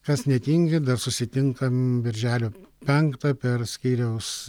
kas netingi dar susitinkam birželio penktą per skyriaus